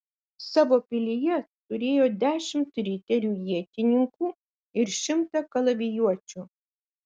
savo pilyje turėjo dešimt riterių ietininkų ir šimtą kalavijuočių